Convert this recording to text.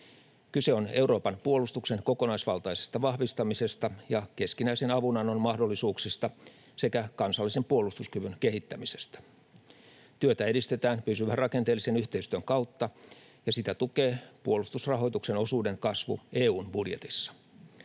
Kyse on Euroopan puolustuksen kokonaisvaltaisesta vahvistamisesta ja keskinäisen avunannon mahdollisuuksista sekä kansallisen puolustuskyvyn kehittämisestä. Työtä edistetään pysyvän rakenteellisen yhteistyön kautta, ja sitä tukee puolustusrahoituksen osuuden kasvu EU:n budjetissa.